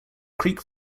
creek